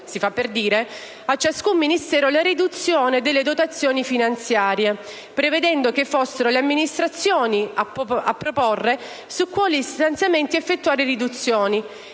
si fa per dire - a ciascun Ministero la riduzione delle dotazioni finanziarie e prevedendo che fossero le amministrazioni a proporre su quali stanziamenti effettuare riduzioni